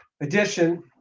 edition